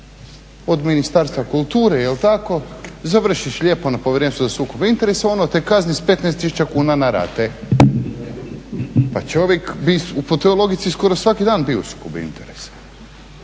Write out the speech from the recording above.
od Ministarstva kulture, je li tako, završiš lijepo na Povjerenstvu za sukob interesa, ono te kazni s 15 000 kuna na rate. Pa čovjek bi po toj logici skoro svaki dan bio u sukobu interesa.